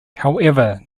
however